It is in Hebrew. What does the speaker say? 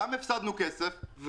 גם הפסדנו כסף,